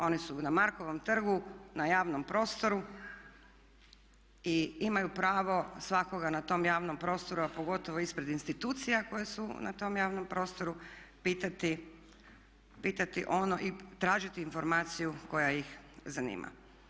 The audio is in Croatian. Oni su na Markovom trgu, na javnom prostoru i imaju pravo svakoga na tom javnom prostoru a pogotovo ispred institucija koje su na tom javnom prostoru pitati ono i tražiti informaciju koja ih zanima.